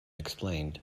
explained